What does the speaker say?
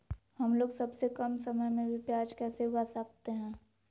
हमलोग सबसे कम समय में भी प्याज कैसे उगा सकते हैं?